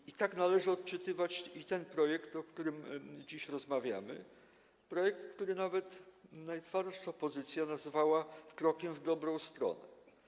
I tak należy odczytywać ten projekt, o którym dziś rozmawiamy, projekt, który nawet najtwardsza opozycja nazywała krokiem w dobrą stronę.